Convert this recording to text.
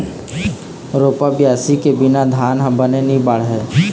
रोपा, बियासी के बिना धान ह बने नी बाढ़य